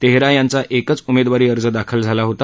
तेहरा यांचा एकच उमेदवारी अर्ज दाखल झाला होता